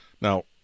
Now